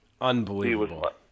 Unbelievable